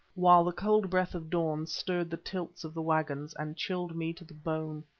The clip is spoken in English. while the cold breath of dawn stirred the tilts of the waggons and chilled me to the bone.